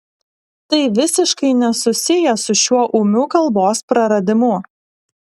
tai visiškai nesusiję su šiuo ūmiu kalbos praradimu